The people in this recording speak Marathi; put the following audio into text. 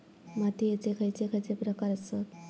मातीयेचे खैचे खैचे प्रकार आसत?